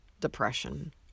Depression